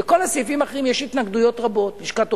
לכל הסעיפים האחרים יש התנגדויות רבות: לשכת עורכי-הדין,